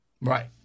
right